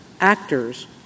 actors